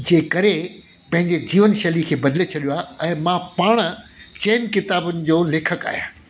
जे करे पंहिंजे जीवन शैली खे बदिले छॾियो आहे ऐं मां पाण चइन किताबनि जो लेखकु आहियां